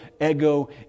ego